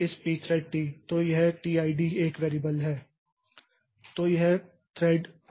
तो यह tid एक वैरिएबल है